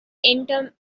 entombed